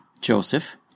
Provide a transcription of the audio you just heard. Joseph